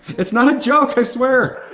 it's not a joke i swear!